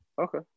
Okay